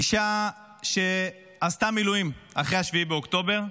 אישה שעשתה מילואים אחרי 7 באוקטובר.